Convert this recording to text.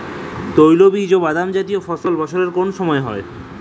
তৈলবীজ ও বাদামজাতীয় ফসল বছরের কোন সময় হয়?